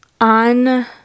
on